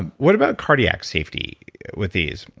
and what about cardiac safety with these?